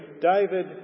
David